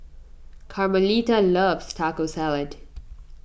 Carmelita loves Taco Salad